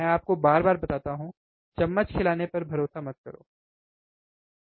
मैं आपको बार बार बताता हूं चम्मच खिलाने पर भरोसा मत करो है ना